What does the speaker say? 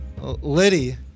Liddy